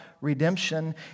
redemption